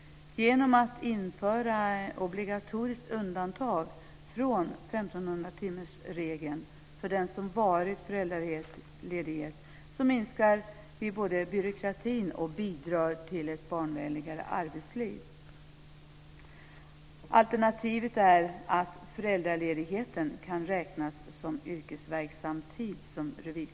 timmarsregeln för den som varit föräldraledig både minskar vi byråkratin och bidrar till ett barnvänligare arbetsliv. Alternativet är att föräldraledigheten räknas som yrkesverksam tid.